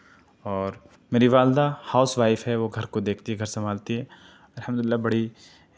اور میری والدہ ہاؤس وائف ہے وہ گھر کو دیکھتی گھر سنبھالتی ہے الحمد اللہ بڑی